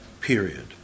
period